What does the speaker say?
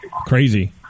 Crazy